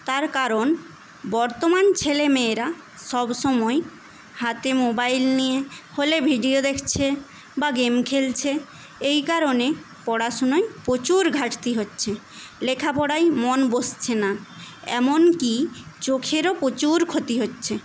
তার কারণ বর্তমান ছেলেমেয়েরা সবসময় হাতে মোবাইল নিয়ে হলে ভিডিও দেখছে বা গেম খেলছে এই কারণে পড়াশোনোয় প্রচুর ঘাটতি হচ্ছে লেখাপড়ায় মন বসছে না এমনকি চোখেরও প্রচুর ক্ষতি হচ্ছে